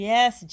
Yes